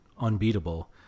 unbeatable